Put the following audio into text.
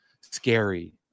scary